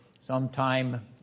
sometime